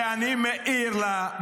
ואני מעיר לה,